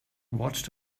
watched